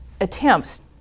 attempts